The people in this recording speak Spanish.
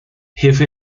jefe